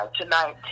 tonight